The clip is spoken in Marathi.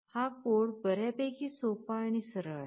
हा कोड बर्यापैकी सोपा आणि सरळ आहे